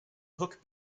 hook